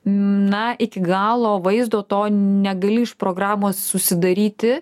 na iki galo vaizdo to negali iš programos susidaryti